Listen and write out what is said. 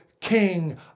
king